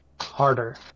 harder